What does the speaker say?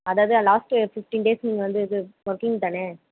அதாவது last fifteen days நீங்கள் வந்து இது ஒர்க்கிங் தானே